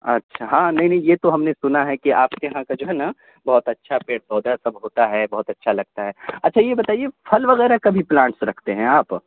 اچھا ہاں نہیں نہیں یہ تو ہم نے سنا ہے کہ آپ کے یہاں کا جو ہے نا بہت اچھا پیڑ پودا سب ہوتا ہے بہت اچھا لگتا ہے اچھا یہ بتائیے پھل وغیرہ کا بھی پلانٹس رکھتے ہیں آپ